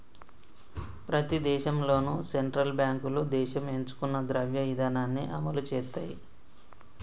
ప్రతి దేశంలోనూ సెంట్రల్ బ్యాంకులు దేశం ఎంచుకున్న ద్రవ్య ఇధానాన్ని అమలు చేత్తయ్